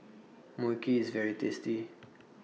Mui Kee IS very tasty